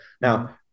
Now